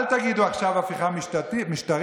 אל תגידו עכשיו "הפיכה משטרית",